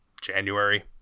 January